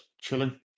chilling